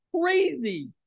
crazy